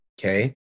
okay